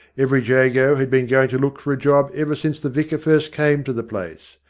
every jago had been going to look for a job ever since the vicar first came to the place.